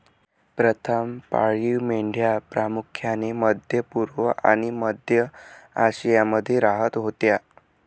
प्रथम पाळीव मेंढ्या प्रामुख्याने मध्य पूर्व आणि मध्य आशियामध्ये राहत होत्या